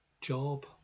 job